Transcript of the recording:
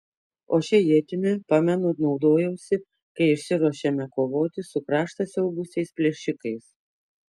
o šia ietimi pamenu naudojausi kai išsiruošėme kovoti su kraštą siaubusiais plėšikais